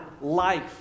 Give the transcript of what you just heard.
life